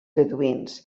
beduïns